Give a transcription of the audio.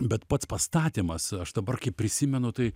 bet pats pastatymas aš dabar kai prisimenu tai